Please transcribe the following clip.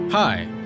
Hi